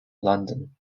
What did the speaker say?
london